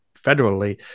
federally